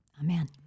amen